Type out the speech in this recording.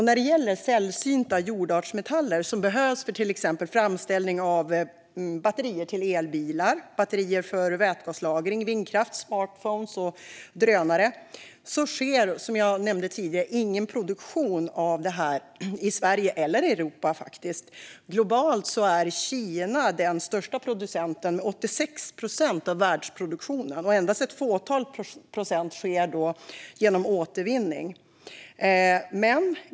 När det gäller sällsynta jordartsmetaller, som behövs för framställning av till exempel batterier till elbilar, batterier för vätgaslagring, vindkraft, smartphones och drönare, sker, som jag nämnde tidigare, ingen produktion i Sverige eller Europa. Globalt är Kina den största producenten, med 86 procent av världsproduktionen. Endast ett fåtal procent produceras genom återvinning.